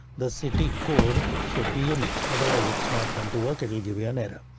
the city code should be unique, otherwise it's not going to work. it will give you an error.